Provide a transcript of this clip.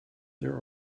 there